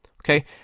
Okay